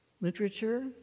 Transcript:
Literature